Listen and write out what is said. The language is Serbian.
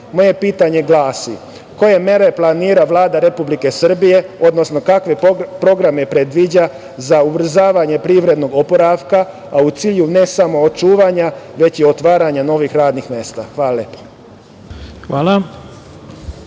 pitanje glasi. Koje mere planira Vlada Republike Srbije, odnosno kakve programe predviđa za ubrzavanje privrednog oporavka, a u cilju ne samo očuvanja, već i otvaranja novih radnih mesta. Hvala lepo. **Ivica